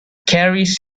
carries